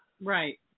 Right